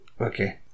okay